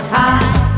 time